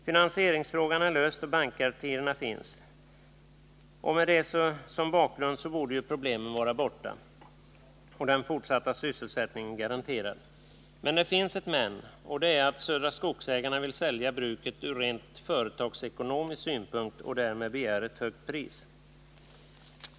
Finansieringsfrågan är löst och bankgarantierna finns. Med detta som bakgrund borde ju problemen vara borta och den fortsatta sysselsättningen garanterad. Det finns emellertid ett men, och det är att Södra Skogsägarna AB från rent företagsekonomiska utgångspunkter vill sälja bruket och därför begär ett högt pris.